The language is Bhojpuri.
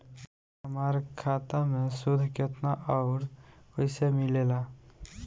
हमार खाता मे सूद केतना आउर कैसे मिलेला?